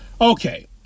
Okay